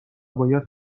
باید